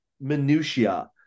minutiae